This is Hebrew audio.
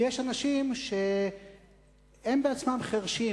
כי יש אנשים שהם בעצמם חירשים,